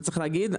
וצריך להגיד,